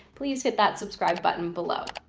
please hit that subscribe button below.